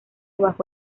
bajo